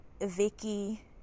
Vicky